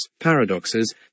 paradoxes